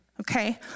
okay